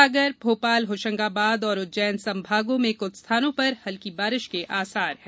सागर भोपाल होशंगाबाद एवं उज्जैन संभागों में कुछ स्थानों पर हल्की बारिश के आसार है